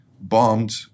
bombed